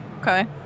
Okay